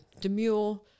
demure